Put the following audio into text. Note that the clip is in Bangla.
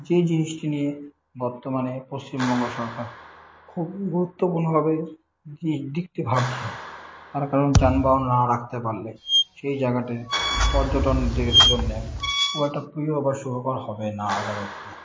যে জিনিসটি নিয়ে বর্তমানে পশ্চিমবঙ্গ সরকার খুবই গুরুত্বপূর্ণ ভাবে যে এই দিকটি ভাবছে তার কারণ যানবাহন না রাখতে পারলে সেই জায়গাটির পর্যটনদের জন্যে খুব একটা প্রিয় বা শুভকর হবে না আগামীদিনে